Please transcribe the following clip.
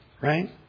Right